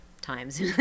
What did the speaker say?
times